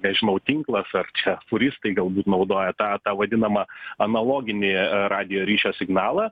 nežinau tinklas ar čia furistai galbūt naudoja tą tą vadinamą analoginį radijo ryšio signalą